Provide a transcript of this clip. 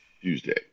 Tuesday